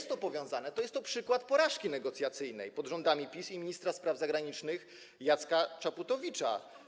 to jest to przykład porażki negocjacyjnej pod rządami PiS i ministra spraw zagranicznych Jacka Czaputowicza.